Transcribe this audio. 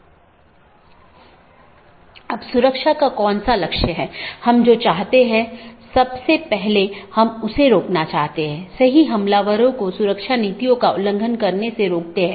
इसलिए इस पर प्रतिबंध हो सकता है कि प्रत्येक AS किस प्रकार का होना चाहिए जिसे आप ट्रैफ़िक को स्थानांतरित करने की अनुमति देते हैं